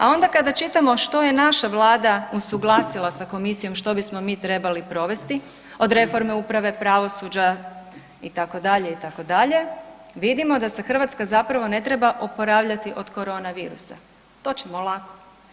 A onda kada čitamo što je naša Vlada usuglasila sa Komisijom, što bismo mi trebali provesti od reforme uprave, pravosuđa itd. itd. vidimo da se Hrvatska zapravo ne treba oporavljati od corona virusa, to ćemo lako.